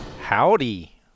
Howdy